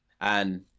and-